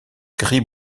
gris